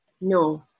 No